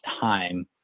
time